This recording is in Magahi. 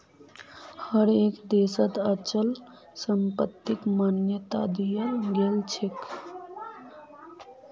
हर एक देशत अचल संपत्तिक मान्यता दियाल गेलछेक